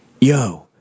yo